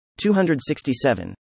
267